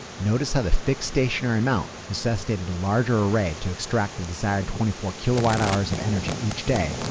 notice how the fixed stationary mount necessitated a larger array to extract the desired twenty four kilowatt hours of energy each day,